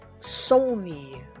Sony